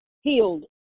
healed